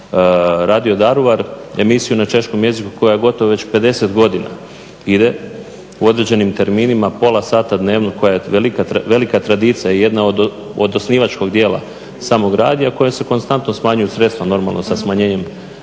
radio Daruvar, emisiju na češkom jeziku koja gotovo već 50 godina ide u određenim terminima pola sata dnevno koja je velika tradicija i jedna od osnivačkog dijela samog radija kojoj se konstantno smanjuju sredstva. Normalno sa smanjenjem